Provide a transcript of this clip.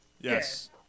Yes